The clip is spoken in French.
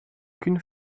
qu’une